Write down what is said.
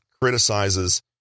criticizes